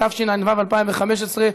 התשע"ו 2015,